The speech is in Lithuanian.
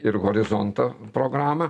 ir horizonto programą